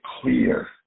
clear